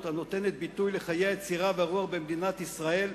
הנותנת ביטוי לחיי היצירה והרוח במדינת ישראל,